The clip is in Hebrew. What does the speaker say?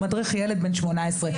והוא מדריך ילד בן 18,